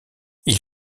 ils